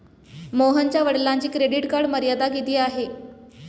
मोहनच्या वडिलांची credit card मर्यादा किती आहे?